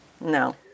no